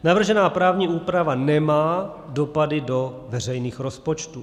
Navržená právní úprava nemá dopady do veřejných rozpočtů.